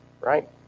right